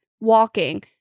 walking